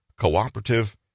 cooperative